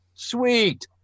Sweet